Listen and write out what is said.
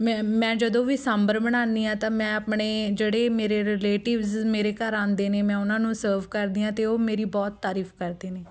ਮੈਂ ਮੈਂ ਜਦੋਂ ਵੀ ਸਾਂਬਰ ਬਣਾਉਂਦੀ ਹਾਂ ਤਾਂ ਮੈਂ ਆਪਣੇ ਜਿਹੜੇ ਮੇਰੇ ਰਿਲੇਟਿਵਸ ਮੇਰੇ ਘਰ ਆਉਂਦੇ ਨੇ ਮੈਂ ਉਹਨਾਂ ਨੂੰ ਸਰਵ ਕਰਦੀ ਹਾਂ ਅਤੇ ਉਹ ਮੇਰੀ ਬਹੁਤ ਤਾਰੀਫ਼ ਕਰਦੇ ਨੇ